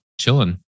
chilling